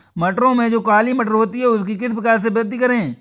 मटरों में जो काली मटर होती है उसकी किस प्रकार से वृद्धि करें?